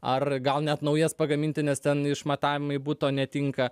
ar gal net naujas pagaminti nes ten išmatavimai buto netinka